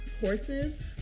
courses